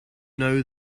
know